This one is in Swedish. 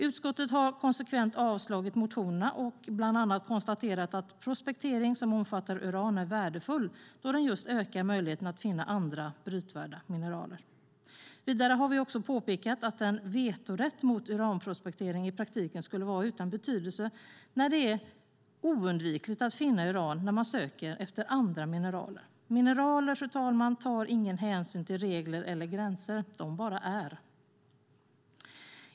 Utskottet har konsekvent avstyrkt motionerna och bland annat konstaterat att prospektering som omfattar uran är värdefull då den ökar möjligheten att finna andra brytvärda mineraler. Vidare har vi påpekat att en vetorätt mot uranprospektering i praktiken skulle vara utan betydelse då det är oundvikligt att finna uran när man söker efter andra mineraler. Mineraler, fru talman, tar ingen hänsyn till regler eller gränser, de bara är.